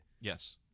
yes